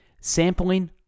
Sampling